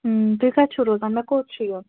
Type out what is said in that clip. تُہۍ کتہِ چھو روزان مےٚ کوٚت چھُ یُن